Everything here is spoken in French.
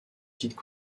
titre